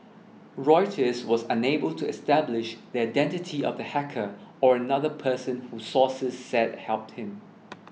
Reuters was unable to establish the identity of the hacker or another person who sources said helped him